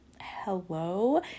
hello